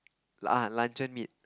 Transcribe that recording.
ah luncheon meat